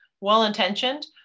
well-intentioned